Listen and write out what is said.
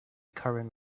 current